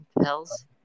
pills